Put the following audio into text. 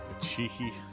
cheeky